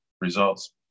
results